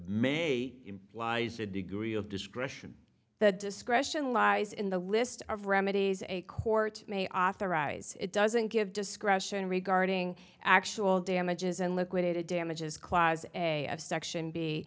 may lies a degree of discretion the discretion lies in the list of remedies a court may authorize it doesn't give discretion regarding actual damages and liquidated damages clause a section b